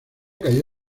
cayó